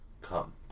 Come